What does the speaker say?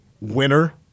winner